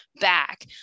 back